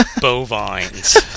bovines